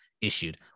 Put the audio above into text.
issued